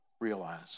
realize